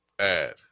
add